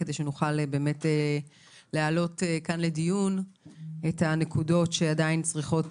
כדי שנוכל להעלות כאן לדיון את הנקודות שעדיין צריכות